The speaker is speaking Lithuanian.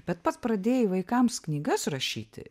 bet pats pradėjai vaikams knygas rašyti